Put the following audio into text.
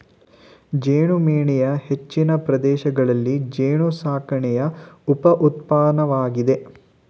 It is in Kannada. ಜೇನುಮೇಣವು ಹೆಚ್ಚಿನ ಪ್ರದೇಶಗಳಲ್ಲಿ ಜೇನುಸಾಕಣೆಯ ಉಪ ಉತ್ಪನ್ನವಾಗಿದೆ